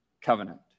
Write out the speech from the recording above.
covenant